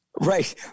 Right